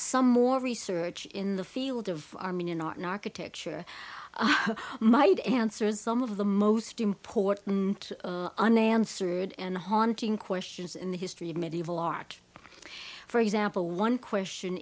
some more research in the field of armenian architecture might answer some of the most important unanswered and haunting questions in the history of medieval art for example one question